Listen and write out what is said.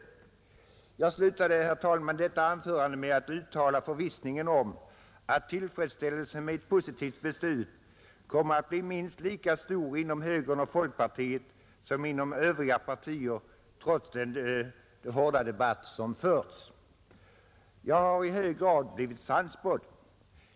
Detta anförande slutade jag, herr talman, med att uttala förvissningen om att tillfredsställelsen med ett positivt beslut kommer att bli minst lika stor inom högern och folkpartiet som inom övriga partier trots den hårda debatt som förts. Jag har i hög grad blivit sannspådd.